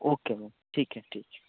okay ma'am ठीक है ठीक है